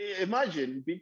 imagine